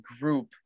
group